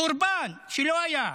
חורבן שלא היה.